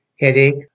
headache